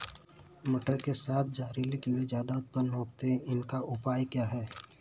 मटर के साथ जहरीले कीड़े ज्यादा उत्पन्न होते हैं इनका उपाय क्या है?